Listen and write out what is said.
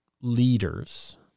leaders